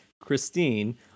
Christine